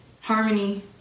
harmony